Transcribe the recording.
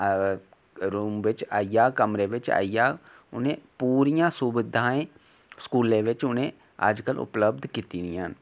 room बिच आई जा कमरे बिच आई जा उ'नें पूरियां सुविधां स्कूलै बिच उ'नें अज्जकल उपलब्ध कीती दियां न